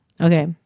Okay